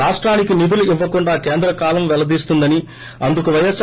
రాష్టానికి నిధులు ఇవ్వకుండా కేంద్రం కాలం పెళ్లదీస్తోందని అందుకు ప్రైవస్